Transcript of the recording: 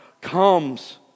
comes